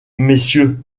messieurs